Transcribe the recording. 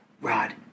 rod